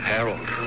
Harold